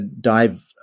dive